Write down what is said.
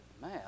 man